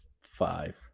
five